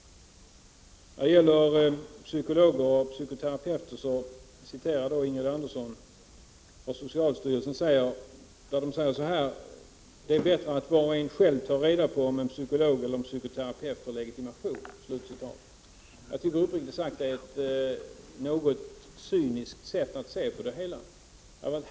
29 november 1989 När det gäller psykologer och psykoterapeuter hänvisade Ingrid Anders=== son till vad socialstyrelsen har uttalat, nämligen att det är bättre att var och en själv tar reda på om en psykolog eller en psykoterapeut har legitimation. Jag anser uppriktigt sagt att det är ett något cyniskt sätt att se på detta.